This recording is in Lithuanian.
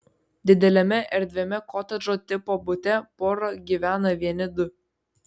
dideliame erdviame kotedžo tipo bute pora gyvena vieni du